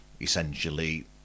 essentially